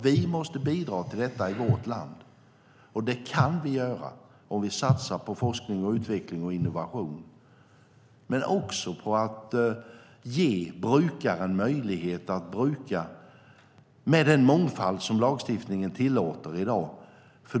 Vi måste bidra till detta i vårt land, och det kan vi göra om vi satsar på forskning, utveckling och innovation men också på att ge brukaren möjlighet att bruka med den mångfald som lagstiftningen tillåter i dag.